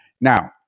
Now